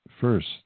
first